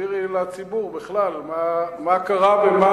תסבירי לציבור בכלל מה קרה, בהזדמנות.